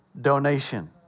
donation